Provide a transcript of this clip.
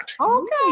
Okay